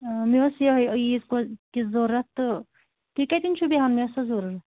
اۭں مےٚ اوس یِہوٚے عیٖذ کو کِژھ ضوٚرتھ تہٕ تُہۍ کَتٮ۪ن چھُو بیٚہوان مےٚ ٲس سۄ ضٔروٗرَ